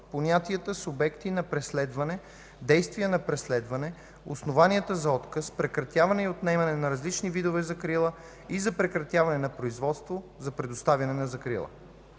понятията „субекти на преследване”, „действия на преследване”, „основанията за отказ”, „прекратяване и отнемане на различните видове закрила и за прекратяване на производството за предоставяне на закрила”.